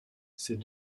ces